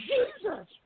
Jesus